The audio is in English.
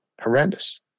Horrendous